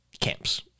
Camps